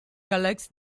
collects